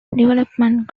development